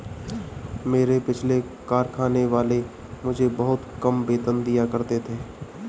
मेरे पिछले कारखाने वाले मुझे बहुत कम वेतन दिया करते थे